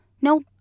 Nope